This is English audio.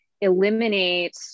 eliminate